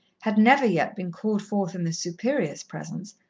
had never yet been called forth in the superior's presence,